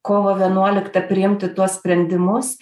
kovo vienuoliktą priimti tuos sprendimus